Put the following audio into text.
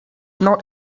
not